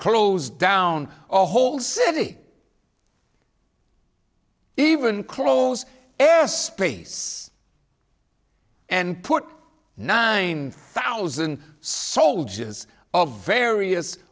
close down a whole city even close air space and put nine thousand soldiers of various